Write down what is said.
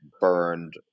burned